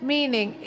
Meaning